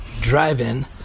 drive-in